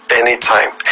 anytime